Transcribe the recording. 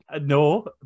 No